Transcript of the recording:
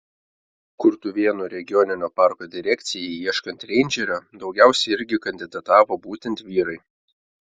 kurtuvėnų regioninio parko direkcijai ieškant reindžerio daugiausiai irgi kandidatavo būtent vyrai